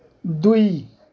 दुई